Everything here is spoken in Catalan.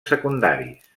secundaris